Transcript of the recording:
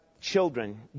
children